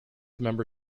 member